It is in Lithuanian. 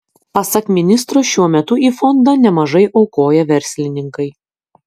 pasak ministro šiuo metu į fondą nemažai aukoja verslininkai